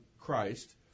Christ